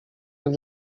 ens